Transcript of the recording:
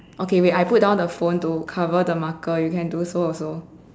okay wait I put down the phone to cover the marker you can do so also